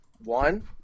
One